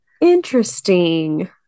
Interesting